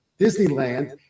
Disneyland